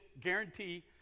guarantee